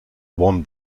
won